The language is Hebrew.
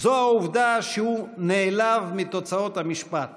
זו העובדה שהוא נעלב מתוצאות המשפט